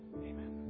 Amen